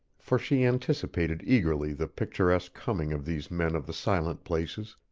for she anticipated eagerly the picturesque coming of these men of the silent places,